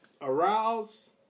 arouse